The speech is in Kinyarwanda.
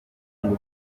kandi